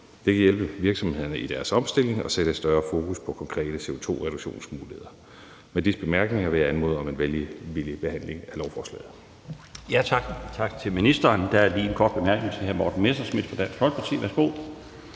Det kan hjælpe virksomhederne i deres omstilling og sætte større fokus på konkrete CO2-reduktionsmuligheder. Med disse bemærkninger vil jeg anmode om en velvillig behandling af lovforslaget.